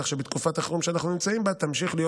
כך שבתקופת החירום שאנחנו נמצאים בה תמשיך להיות